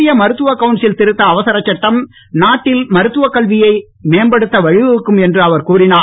இந்திய மருத்துவக் கவுன்சில் திருத்த அவசரச் சட்டம் நாட்டில் மருத்துவக் கல்வியை மேம்படுத்த வழிவகுக்கும் என்று அவர் கூறிஞர்